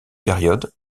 période